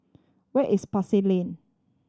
where is Pasar Lane